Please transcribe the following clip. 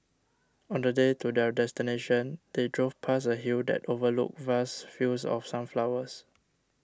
on the day to their destination they drove past a hill that overlooked vast fields of sunflowers